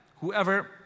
Whoever